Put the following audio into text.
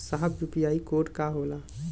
साहब इ UPI code का होला?